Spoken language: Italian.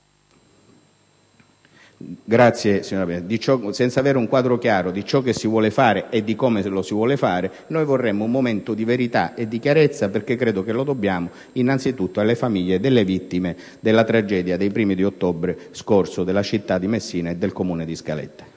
può continuare così senza avere un quadro chiaro di ciò che si vuole fare e di come lo si vuole fare. Vorremmo uno sforzo di verità e di chiarezza, perché credo che lo dobbiamo innanzitutto alle famiglie delle vittime della tragedia dei primi giorni di ottobre che ha colpito la città di Messina e il Comune di Scaletta